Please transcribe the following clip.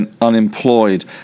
unemployed